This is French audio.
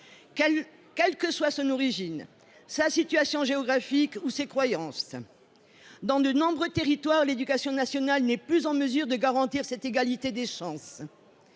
quelles que soient son origine, sa position géographique ou ses croyances. Dans de nombreux territoires, l’éducation nationale n’est plus en mesure de garantir cette égalité des chances.